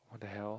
what the hell